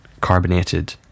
carbonated